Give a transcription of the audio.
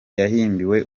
yahimbiwe